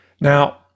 now